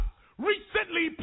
Recently